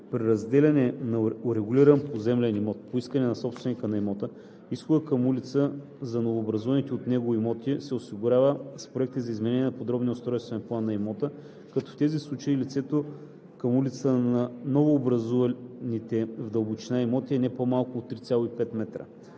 При разделяне на урегулиран поземлен имот по искане на собственика на имота изходът към улица за новообразуваните от него имоти се осигурява с проекта за изменение на подробния устройствен план на имота, като в тези случаи лицето към улицата на новообразуваните в дълбочина имоти е не по-малко от 3,5 м.“ 2.